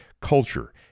Culture